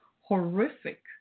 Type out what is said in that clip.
horrific